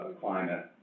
climate